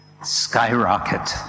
Skyrocket